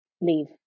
Leave